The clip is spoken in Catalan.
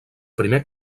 primer